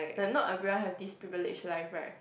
that no every one have this privileged life right